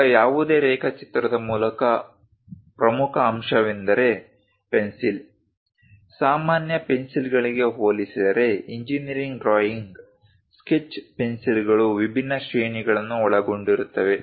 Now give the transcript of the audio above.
ಈಗ ಯಾವುದೇ ರೇಖಾಚಿತ್ರದ ಪ್ರಮುಖ ಅಂಶವೆಂದರೆ ಪೆನ್ಸಿಲ್ ಸಾಮಾನ್ಯ ಪೆನ್ಸಿಲ್ಗಳಿಗೆ ಹೋಲಿಸಿದರೆ ಇಂಜಿನೀರಿಂಗ್ ಡ್ರಾಯಿಂಗ್ ಸ್ಕೆಚ್ ಪೆನ್ಸಿಲ್ಗಳು ವಿಭಿನ್ನ ಶ್ರೇಣಿಗಳನ್ನು ಒಳಗೊಂಡಿರುತ್ತವೆ